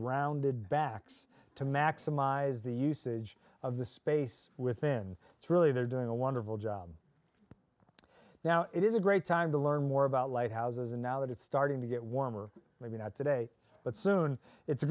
rounded backs to maximize the usage of the space within it's really they're doing a wonderful job now it is a great time to learn more about lighthouses and now that it's starting to get warmer maybe not today but soon it's a